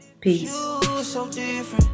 Peace